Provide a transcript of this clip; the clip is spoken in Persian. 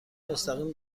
مستقیم